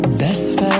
best